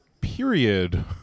period